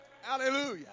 Hallelujah